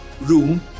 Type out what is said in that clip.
room